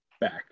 back